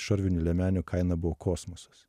šarvinių liemenių kaina buvo kosmosas